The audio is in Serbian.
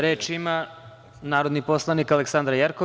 Reč ima narodni poslanik Aleksandra Jerkov.